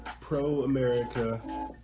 pro-America